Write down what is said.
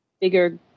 bigger